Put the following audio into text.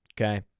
Okay